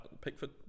Pickford